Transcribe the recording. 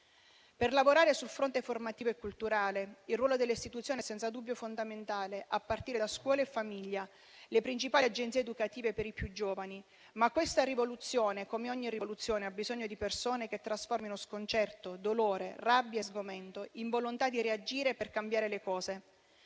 Per lavorare sul fronte formativo e culturale, il ruolo delle istituzioni è senza dubbio fondamentale, a partire da scuola e famiglia, le principali agenzie educative per i più giovani. Ma questa rivoluzione, come ogni rivoluzione, ha bisogno di persone che trasformino sconcerto, dolore, rabbia e sgomento in volontà di reagire per cambiare le cose.